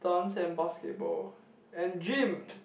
dance and basketball and gym